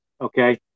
Okay